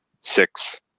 six